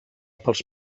pels